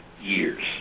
years